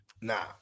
Nah